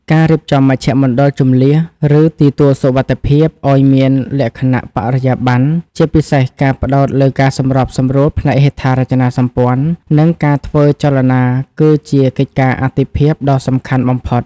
ការរៀបចំមជ្ឈមណ្ឌលជម្លៀស ឬទីទួលសុវត្ថិភាពឱ្យមានលក្ខណៈបរិយាបន្ន ជាពិសេសការផ្ដោតលើការសម្របសម្រួលផ្នែកហេដ្ឋារចនាសម្ព័ន្ធ និងការធ្វើចលនា គឺជាកិច្ចការអាទិភាពដ៏សំខាន់បំផុត